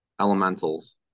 elementals